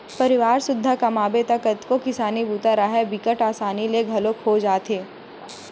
परवार सुद्धा कमाबे त कतको किसानी बूता राहय बिकट असानी ले घलोक हो जाथे